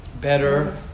better